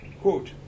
quote